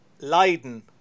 Leiden